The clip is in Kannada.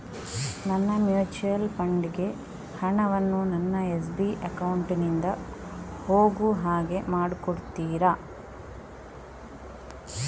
ನನ್ನ ಮ್ಯೂಚುಯಲ್ ಫಂಡ್ ಗೆ ಹಣ ವನ್ನು ನನ್ನ ಎಸ್.ಬಿ ಅಕೌಂಟ್ ನಿಂದ ಹೋಗು ಹಾಗೆ ಮಾಡಿಕೊಡುತ್ತೀರಾ?